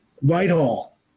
Whitehall